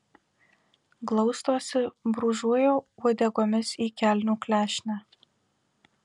glaustosi brūžuoja uodegomis į kelnių klešnę